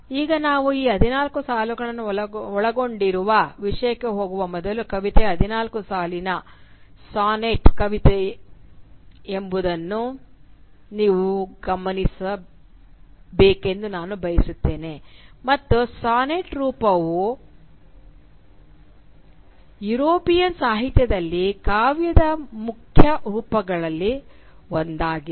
ಈಗ ನಾವು ಈ ಹದಿನಾಲ್ಕು ಸಾಲುಗಳು ಒಳಗೊಂಡಿರುವ ವಿಷಯಕ್ಕೆ ಹೋಗುವ ಮೊದಲು ಕವಿತೆಯ ಹದಿನಾಲ್ಕುಸಾಲಿನ ಕವಿತೆ ಎಂಬುದನ್ನು ನೀವು ಗಮನಿಸಬೇಕೆಂದು ನಾನು ಬಯಸುತ್ತೇನೆ ಮತ್ತು ಸಾನೆಟ್ ರೂಪವು ಯುರೋಪಿಯನ್ ಸಾಹಿತ್ಯದಲ್ಲಿ ಕಾವ್ಯದ ಮುಖ್ಯ ರೂಪಗಳಲ್ಲಿ ಒಂದಾಗಿದೆ